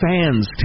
Fans